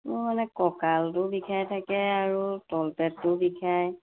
মোৰ মানে কঁকালটো বিষাই থাকে আৰু তলপেটটো বিষায়